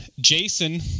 jason